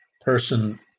person